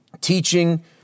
teaching